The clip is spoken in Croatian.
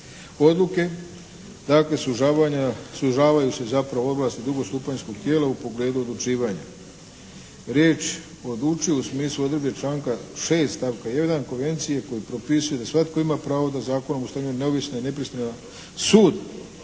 sužavaju se zapravo ovlasti drugostupanjskog tijela u pogledu odlučivanja. Riječ odlučuje u smislu odredbe članka 6. stavka 1. Konvencije koja propisuje da svatko ima pravo da zakonom ostvaruje neovisan i nepristran sud